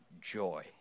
joy